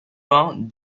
vingt